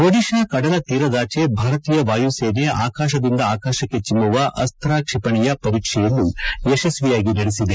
ಒದಿಶಾ ಕದಲ ತೀರದಾಚೆ ಭಾರತೀಯ ವಾಯುಸೇನೆ ಆಕಾಶದಿಂದ ಆಕಾಶಕ್ಷೆ ಚಿಮ್ಮುವ ಅಸ್ತ ಕ್ಷಿಪಣೆಯ ಪರೀಕ್ಷೆಯನ್ನು ಯಶಸ್ಸಿಯಾಗಿ ನಡೆಸಿದೆ